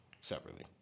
Separately